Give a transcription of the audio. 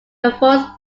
performs